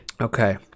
Okay